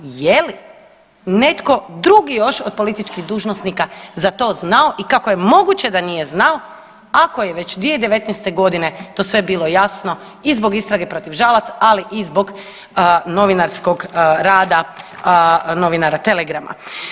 Je li netko drugi još od političkih dužnosnika za to znao i kako je moguće da nije znao, ako je već 2019. godine to sve bilo jasno i zbog istrage protiv Žalac, ali i zbog novinarskog rada novinara Telegrama.